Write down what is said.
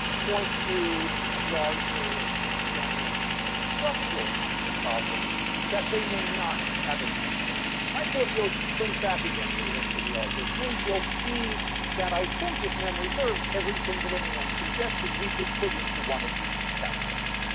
point to larger systemic structural kinds of problems that they may not have any control over. right. so if you'll think back, again, to the list that we all just made, you'll see that, i think if memory serves, everything that anyone suggested we could put into one of these categories.